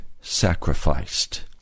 sacrificed